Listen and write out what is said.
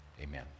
amen